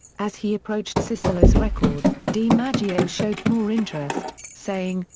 as he approached sisler's record, dimaggio showed more interest, saying,